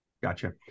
gotcha